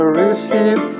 receive